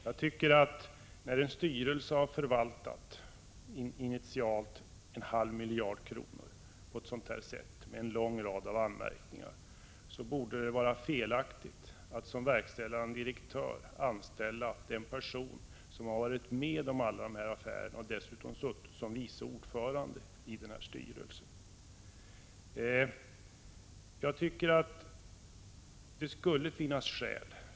När en styrelse initialt har förvaltat en halv miljard kronor på ett sådant sätt att det har föranlett en lång rad av anmärkningar, är det felaktigt att som verkställande direktör anställa den person som har varit med om alla dessa affärer och dessutom suttit som vice ordförande i styrelsen.